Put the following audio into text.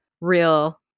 real